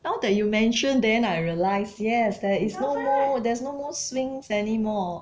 now that you mention then I realise yes there is no more there's no more swings anymore